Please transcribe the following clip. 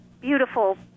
beautiful